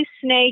snake